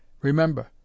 Remember